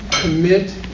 commit